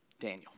Daniel